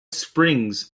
springs